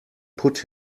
put